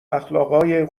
اخلاقای